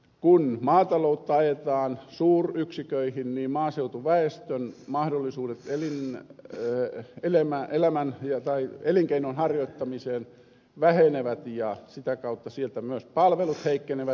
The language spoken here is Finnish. kun maataloutta ajetaan suuryksiköihin niin maaseutuväestön mahdollisuudet feeling the elämää elämään jota elinkeinon harjoittamiseen vähenevät ja sitä kautta sieltä myös palvelut heikkenevät